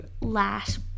last